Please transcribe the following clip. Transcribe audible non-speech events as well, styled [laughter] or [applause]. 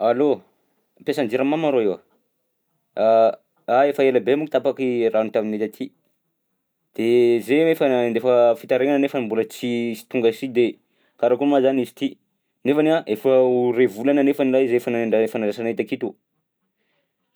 Allo! Mpiasan'ny jirama ma rô io? [hesitation] Ah, efa elabe monko tapaka i rano taminay taty de zay efa nandefa fitarainana nefa mbola tsisy tonga si de karakôry ma zany izy ty? Nefany a efa ho ray volana nefana izy efa nandray efa nandraisanay taketo.